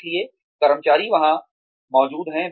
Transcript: इसलिए कर्मचारी वहां मौजूद हैं